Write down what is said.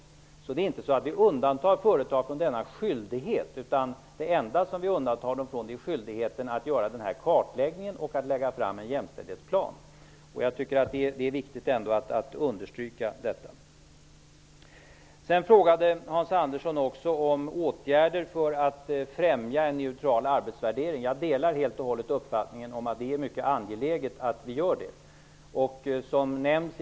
Vi undantar inte företag från denna skyldighet, utan det enda de undantas från är skyldigheten att göra en kartläggning och att lägga fram en jämställdhetsplan. Det är viktigt att understryka detta. Vidare hade Hans Andersson en fråga om åtgärder för att främja en neutral arbetsvärdering. Jag delar helt och hållet uppfattningen att det är angeläget att åtgärder vidtas.